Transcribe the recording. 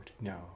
No